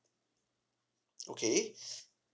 okay